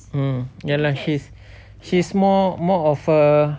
mm ya lah she's more more of a